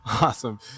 Awesome